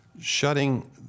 Shutting